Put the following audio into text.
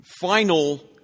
final